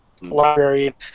library